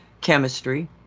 chemistry